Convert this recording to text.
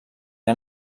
han